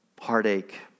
heartache